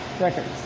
records